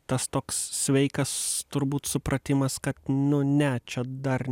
tas toks sveikas turbūt supratimas kad nu ne čia dar